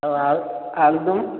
ଆଉ ଆଳୁ ଆଳୁଦମ୍